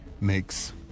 makes